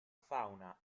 fauna